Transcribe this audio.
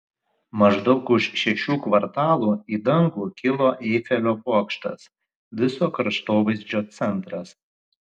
maždaug už šešių kvartalų į dangų kilo eifelio bokštas viso kraštovaizdžio centras